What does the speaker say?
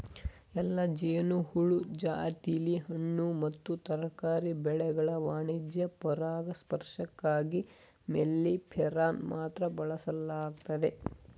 ಎಲ್ಲಾ ಜೇನುಹುಳು ಜಾತಿಲಿ ಹಣ್ಣು ಮತ್ತು ತರಕಾರಿ ಬೆಳೆಗಳ ವಾಣಿಜ್ಯ ಪರಾಗಸ್ಪರ್ಶಕ್ಕಾಗಿ ಮೆಲ್ಲಿಫೆರಾನ ಮಾತ್ರ ಬಳಸಲಾಗ್ತದೆ